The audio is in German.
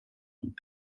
und